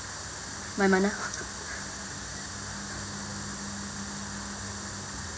maimanah